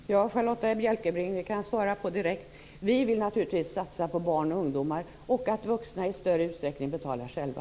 Fru talman! Ja, Charlotta L Bjälkebring, det kan jag svara på direkt. Vi vill naturligtvis satsa på barn och ungdomar, och vi vill att vuxna i större utsträckning betalar själva.